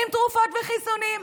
עם תרופות וחיסונים.